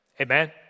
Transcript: Amen